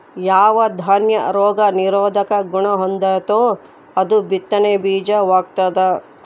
ಯಾವ ದಾನ್ಯ ರೋಗ ನಿರೋಧಕ ಗುಣಹೊಂದೆತೋ ಅದು ಬಿತ್ತನೆ ಬೀಜ ವಾಗ್ತದ